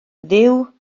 dduw